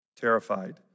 terrified